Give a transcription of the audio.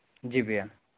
जी भैया